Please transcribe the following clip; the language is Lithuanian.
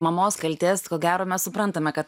mamos kaltės ko gero mes suprantame kad